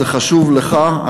זה חשוב לך,